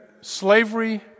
slavery